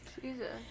Jesus